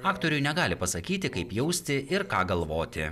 aktoriui negali pasakyti kaip jausti ir ką galvoti